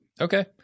Okay